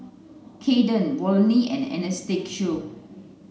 Kaiden Volney and Anastacio